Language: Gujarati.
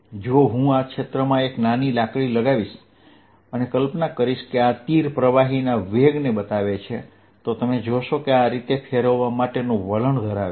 જો હું આ ક્ષેત્રમાં એક નાની લાકડી લગાવીશ અને કલ્પના કરીશ કે આ તીર પ્રવાહીના વેગને સૂચવે છે તો તમે જોશો કે આ રીતે ફેરવવા માટેનું વલણ ધરાવે છે